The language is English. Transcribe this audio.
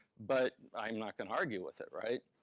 but i'm not gonna argue with it, right?